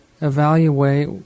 Evaluate